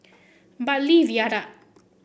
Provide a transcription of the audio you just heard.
Bartley Viaduct